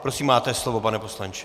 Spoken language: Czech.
Prosím, máte slovo, pane poslanče.